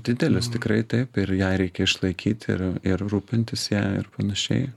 didelės tikrai taip ir ją reikia išlaikyt ir ir rūpintis ja ir panašiai